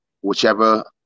whichever